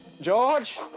George